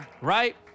right